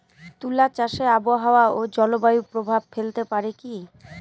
তুলা চাষে আবহাওয়া ও জলবায়ু প্রভাব ফেলতে পারে কি?